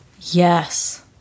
Yes